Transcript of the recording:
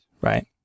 Right